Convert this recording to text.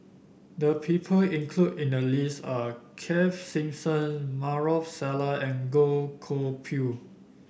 the people included in the list are Keith Simmons Maarof Salleh and Goh Koh Pui